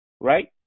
right